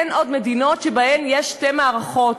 אין עוד מדינות שיש בהן שתי מערכות,